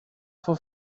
for